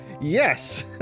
Yes